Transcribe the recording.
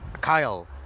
Kyle